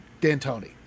Dantoni